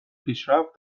پیشرفت